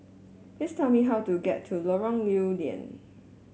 please tell me how to get to Lorong Lew Lian